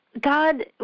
God